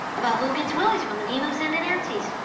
about who gets willie's room when he moves into nancy's.